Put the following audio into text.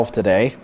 today